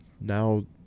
Now